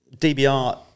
DBR